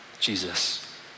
Jesus